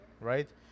right